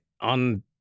on